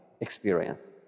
experience